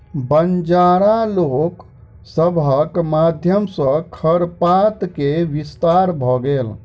बंजारा लोक सभक माध्यम सॅ खरपात के विस्तार भ गेल